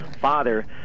father